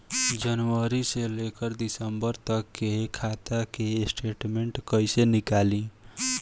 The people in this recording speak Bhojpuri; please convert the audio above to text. जनवरी से लेकर दिसंबर तक के खाता के स्टेटमेंट कइसे निकलि?